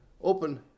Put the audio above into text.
open